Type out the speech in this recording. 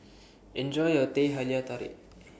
Enjoy your Teh Halia Tarik